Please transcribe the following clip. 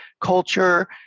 culture